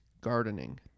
gardening